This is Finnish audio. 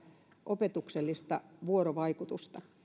opetuksellista vuorovaikutusta